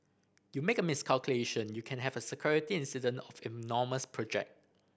you make a miscalculation you can have a security incident of enormous project